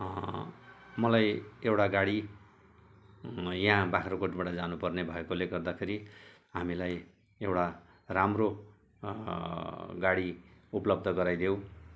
मलाई एउटा गाडी यहाँ बाख्राकोटबाट जानुपर्ने भएकोले गर्दाखेरि हामीलाई एउटा राम्रो गाडी उपलब्ध गराइदेऊ